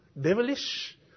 devilish